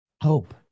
hope